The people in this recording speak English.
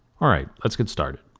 alright let's get started.